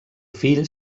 fill